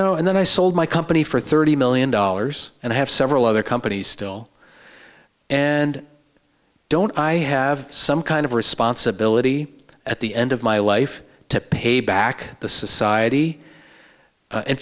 know and then i sold my company for thirty million dollars and i have several other companies still and don't i have some kind of responsibility at the end of my life to pay back the society